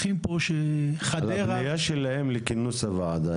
זאת פנייה שלהם לכינוס הוועדה.